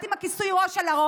את עם הכיסוי ראש על הראש,